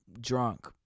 drunk